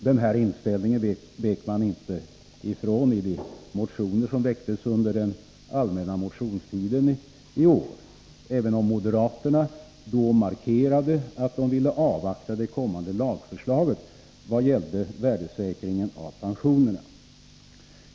Denna inställning vek de inte ifrån i de motioner som väcktes under den allmänna motionstiden i år, även om moderaterna då markerade att de ville avvakta det kommande lagförslaget vad gällde värdesäkringen av pensionerna.